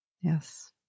Yes